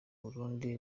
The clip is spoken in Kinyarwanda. burundi